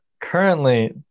Currently